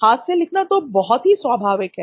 हाथ से लिखना तो बहुत ही स्वाभाविक है